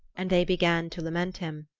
and they began to lament him.